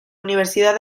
universidad